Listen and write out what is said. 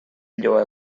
lloa